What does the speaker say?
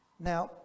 Now